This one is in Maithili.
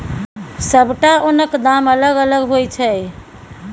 सबटा ओनक दाम अलग अलग होइ छै